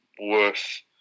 worth